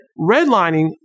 redlining